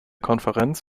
konferenz